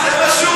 לא מאיזה אזור?